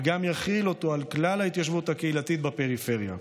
וגם יחיל אותו על כלל ההתיישבות הקהילתית בפריפריה.